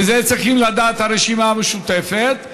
את זה צריכה לדעת הרשימה המשותפת,